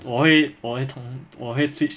我会我会同我会 switch